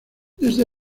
desde